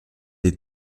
des